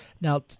Now